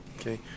Okay